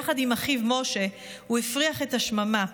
יחד עם אחיו משה הוא הפריח את השממה,